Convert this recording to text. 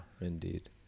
indeed